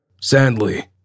Sadly